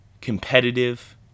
competitive